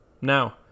now